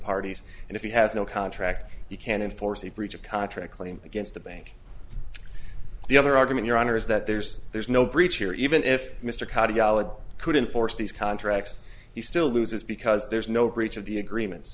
parties and if he has no contract you can't enforce a breach of contract claim against the bank the other argument your honor is that there's there's no breach here even if mr katyal couldn't force these contracts he still loses because there's no each of the agreements